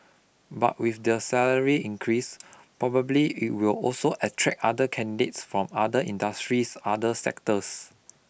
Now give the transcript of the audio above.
but with the salary increase probably it will also attract other candidates from other industries other sectors